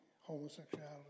homosexuality